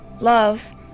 Love